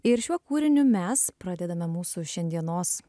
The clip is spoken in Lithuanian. ir šiuo kūriniu mes pradedame mūsų šiandienos